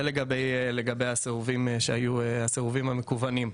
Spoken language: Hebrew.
זה לגבי הסירובים המקוונים.